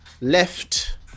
left